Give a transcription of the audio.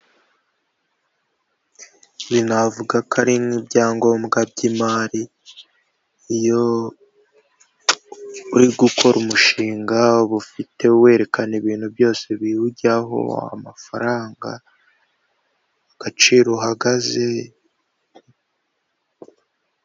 Ibi navuga ko ari nk'ibyangombwa by'imari, iyo uri gukora umushinga uba ufite; werekana ibintu byose biwujyaho; amafaranga, agaciro uhagaze.